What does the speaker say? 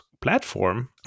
platform